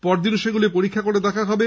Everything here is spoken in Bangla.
পরদিন সেগুলি পরীক্ষা করে দেখা হবে